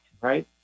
right